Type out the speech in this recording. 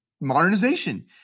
modernization